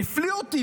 והפליא אותי,